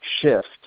shift